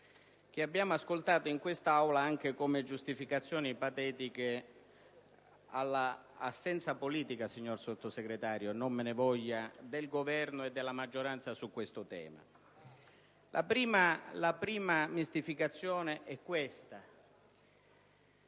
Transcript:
che abbiamo ascoltato in quest'Aula anche come giustificazioni patetiche all'assenza politica - signor Sottosegretario, non me ne voglia - del Governo e della maggioranza su questo tema. La prima mistificazione è questa: